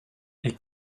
est